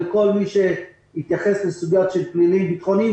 לכל מי שהתייחס לסוגיה של פלילים-ביטחוניים,